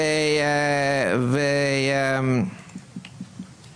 בית משפט שלום בדימוס או בית המשפט המחוזי בדימוס